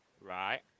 Right